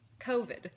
COVID